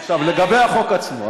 עכשיו, לגבי החוק עצמו.